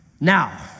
Now